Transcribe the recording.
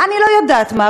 אני לא יודעת מה,